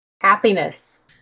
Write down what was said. Happiness